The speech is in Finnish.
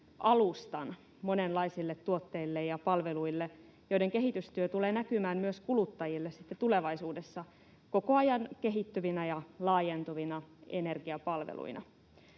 alustan monenlaisille tuotteille ja palveluille, joiden kehitystyö tulee näkymään myös kuluttajille sitten tulevaisuudessa koko ajan kehittyvinä ja laajentuvina energiapalveluina.